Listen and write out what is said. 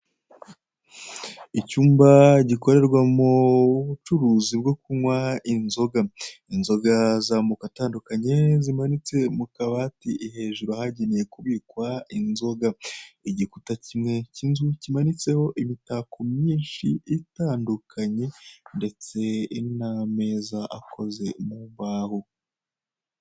Icyumba gikorerwamo ubucuruzi bwo kunywa inzoga, inzoga z'amoko atandukanye zimanitse mu kabati hejuru ahagenewe kubikwa inzoga, igikuta kimwe cy'inzu kimanitseho imitako myinshi itandukanye ndetse n'ameza akoze mu mbaho.